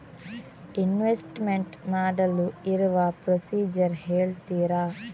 Investment ಮಾಡಲು ಇರುವ procedure ಹೇಳ್ತೀರಾ?